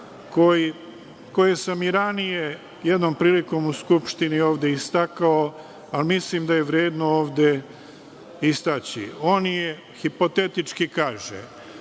koje sam i ranije, jednom prilikom u Skupštini ovde istakao, a mislim da je vredno ovde istaći. On hipotetički kaže